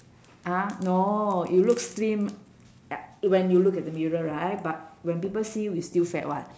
ah no you look slim when you look at the mirror right but when people see you you still fat [what]